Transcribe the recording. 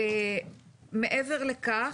מעבר לכך,